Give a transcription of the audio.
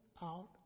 out